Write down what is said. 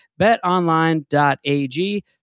Betonline.ag